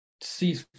see